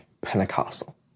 Pentecostal